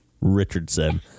Richardson